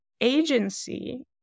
agency